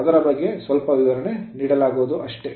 ಅದರ ಬಗ್ಗೆ ಸ್ವಲ್ಪ ವಿವರಣೆ ನೀಡಲಾಗುವುದು ಅಷ್ಟೇ